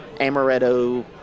Amaretto